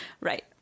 right